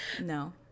no